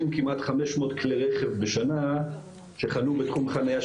כמעט 500 כלי רכב בשנה שחנו בתחום חניה של נכים.